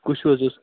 کُس ہیٛوٗ حظ اوس